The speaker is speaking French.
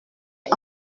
est